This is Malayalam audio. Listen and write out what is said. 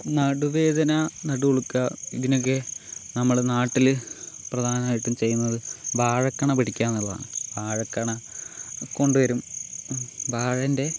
നടുവേദന നടുവ് ഉളുക്കുക ഇതിനൊക്കെ നമ്മൾ നാട്ടിൽ പ്രധാനമായിട്ടും ചെയ്യുന്നത് വാഴക്കണ പിടിക്കുക എന്നുള്ളതാണ് വാഴക്കണ കൊണ്ടുവരും വാഴേൻ്റെ